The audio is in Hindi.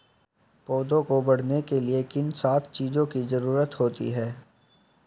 पौधों को बढ़ने के लिए किन सात चीजों की जरूरत होती है?